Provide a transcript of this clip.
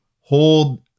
hold